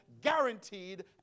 guaranteed